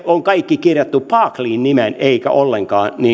on kaikki kirjattu barclaysin nimeen eikä ollenkaan